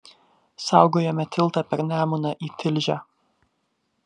saugojome tiltą per nemuną į tilžę